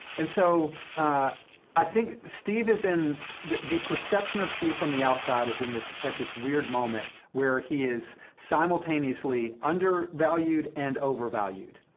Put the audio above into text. and so i think steve is in the perception of steve from the outside is in this at this weird moment, where he is simultaneously undervalued and overvalued.